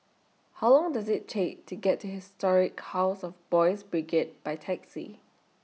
How Long Does IT Take to get to Historic House of Boys' Brigade By Taxi